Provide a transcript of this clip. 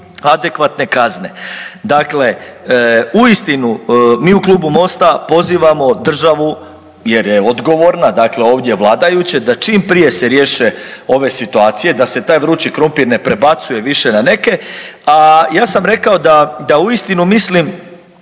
adekvatne kazne. Dakle, uistinu mi u Klubu MOST-a pozivamo državu jer je odgovorna, dakle ovdje vladajuće da čim prije se riješe ove situacije, da se taj vrući krumpir više ne prebacuje na neke. A ja sam rekao da uistinu mislim